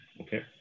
Okay